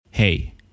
Hey